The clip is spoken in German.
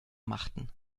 machten